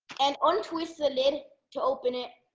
and untwist the lid to open it.